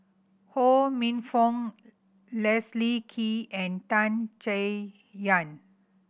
Ho Minfong Leslie Kee and Tan Chay Yan